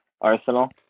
arsenal